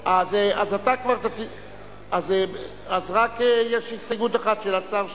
אז רק יש הסתייגות אחת של השר שטייניץ,